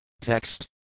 Text